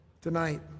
tonight